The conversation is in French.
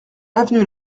avenue